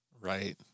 Right